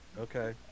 Okay